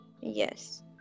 Yes